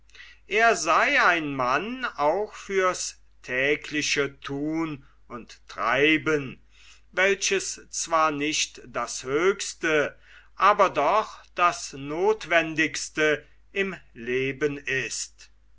er sei ein mann auch für's tägliche thun und treiben welches zwar nicht das höchste aber doch das notwendigste im leben ist